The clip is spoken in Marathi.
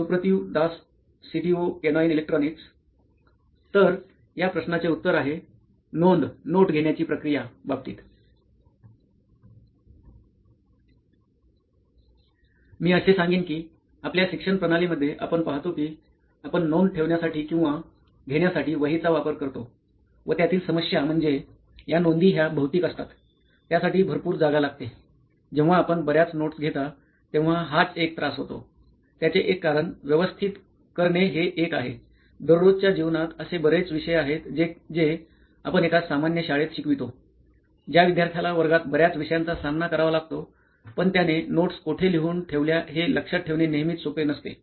सुप्रतीव दास सीटीओ केनोइन इलेक्ट्रॉनिक्स तर या प्रश्नाचे उत्तर आहे नोंद नोटघेण्याची प्रक्रिया बाबतीत मी असे सांगेन कि आपल्या शिक्षण प्रणाली मध्ये आपण पाहतो कि आपण नोंद ठेवण्यासाठी किंवा घेण्यासाठी वहीचा वापर करतो व त्यातील समस्या म्हणजे या नोंदी ह्या भौतिक असतात त्यासाठी भरपूर जागा लागते जेव्हा आपण बर्याच नोट्स घेता तेव्हा हाच एक त्रास होतो त्याचे एक कारण व्यवस्थापित करणे हे एक आहे दररोजच्या जीवनात असे बरेच विषय आहेत जे आपण एका सामान्य शाळेत शिकवितो ज्या विद्यार्थ्याला वर्गात बर्याच विषयांचा सामना करावा लागतो पण त्याने नोट्स कोठे लिहून ठेवल्या हे लक्षात ठेवणे नेहमीच सोपे नसते